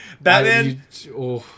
Batman